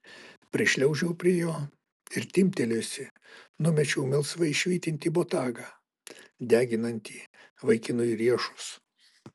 prišliaužiau prie jo ir timptelėjusi numečiau melsvai švytintį botagą deginantį vaikinui riešus